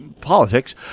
politics